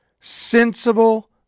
Sensible